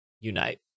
Unite